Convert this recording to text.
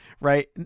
right